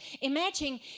Imagine